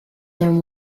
them